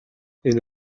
энэ